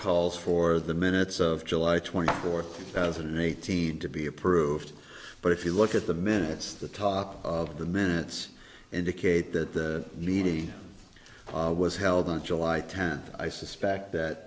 calls for the minutes of july twenty fourth two thousand and eighteen to be approved but if you look at the minutes the top of the minutes indicate that the needy was held on july tenth i suspect that